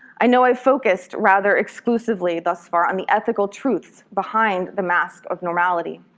i know i've focused rather exclusively thus far on the ethical truths behind the mask of normality.